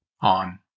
on